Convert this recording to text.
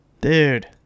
dude